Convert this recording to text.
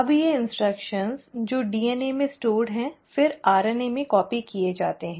अब ये निर्देश जो DNA में संग्रहीत हैं फिर RNA में कॉपी किए जाते हैं